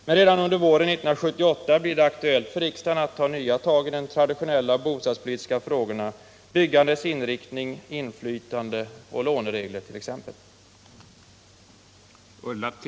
Men redan under våren 1978 blir det aktuellt för riksdagen att ta nya tag i de traditionella bostadspolitiska frågorna — byggandets inriktning, inflytande, låneregler etc.